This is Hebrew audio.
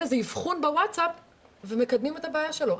אבחון בווטסאפ ומקדמים את הבעיה שלו.